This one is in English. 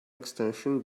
extension